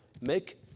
make